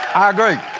i agree.